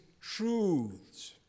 truths